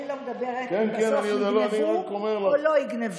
אני לא מדברת אם יגנבו או לא יגנבו.